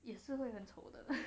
也是会很丑的